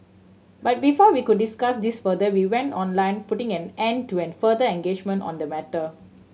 but before we could discuss this further we went online putting an end to and further engagement on the matter